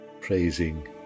praising